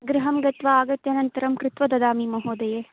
गृहं गत्वा आगत्य अनन्तरं कृत्वा ददामि महोदये